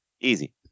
Easy